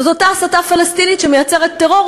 הוא אותה הסתה פלסטינית שמייצרת טרור,